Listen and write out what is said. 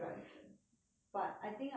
but I think I will still enjoy